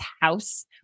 House